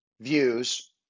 views